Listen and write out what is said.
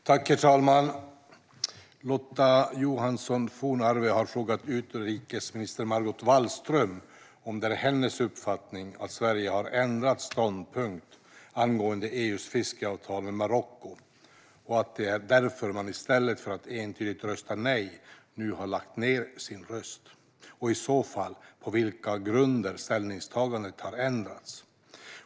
Svar på interpellationer Herr talman! Lotta Johansson Fornarve har frågat utrikesminister Margot Wallström om det är hennes uppfattning att Sverige har ändrat ståndpunkt angående EU:s fiskeavtal med Marocko och att det är därför man i stället för att entydigt rösta nej nu har lagt ned sin röst och, i så fall, på vilka grunder ställningstagandet har ändrats.